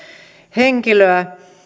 henkilöä